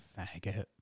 faggot